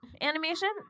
animation